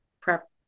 prep